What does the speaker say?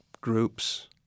groups